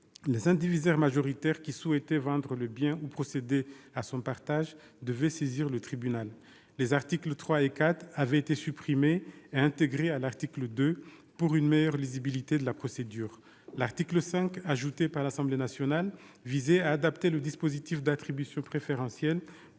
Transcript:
les indivisaires majoritaires qui souhaitaient vendre le bien ou procéder à son partage devaient saisir le tribunal. Les articles 3 et 4 avaient été supprimés et inclus dans l'article 2, pour une meilleure lisibilité de la procédure. L'article 5, ajouté par l'Assemblée nationale, visait à adapter le dispositif d'attribution préférentielle,